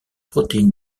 protéine